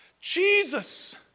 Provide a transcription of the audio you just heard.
Jesus